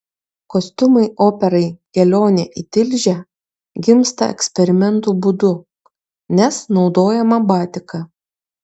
kostiumai operai kelionė į tilžę gimsta eksperimentų būdu nes naudojama batika